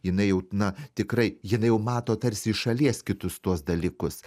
jinai jau na tikrai jinai jau mato tarsi iš šalies kitus tuos dalykus